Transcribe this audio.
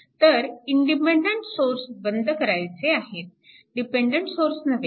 तर independent source बंद करावयाचे आहेत डिपेन्डन्ट सोर्स नव्हे